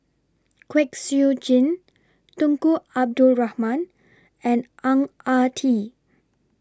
Kwek Siew Jin Tunku Abdul Rahman and Ang Ah Tee